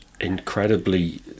Incredibly